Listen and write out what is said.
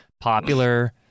popular